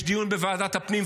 יש דיון בוועדת הפנים,